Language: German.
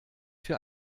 für